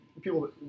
People